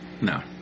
no